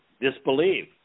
disbelieve